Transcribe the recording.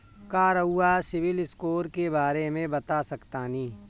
का रउआ सिबिल स्कोर के बारे में बता सकतानी?